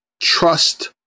Trust